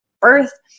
birth